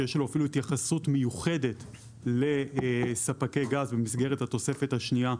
שיש לו התייחסות מיוחדת לספקי גז במסגרת התוספת השנייה,